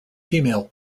female